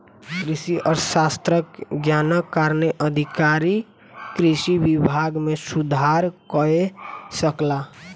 कृषि अर्थशास्त्रक ज्ञानक कारणेँ अधिकारी कृषि विभाग मे सुधार कय सकला